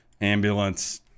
ambulance